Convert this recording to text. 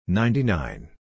ninety-nine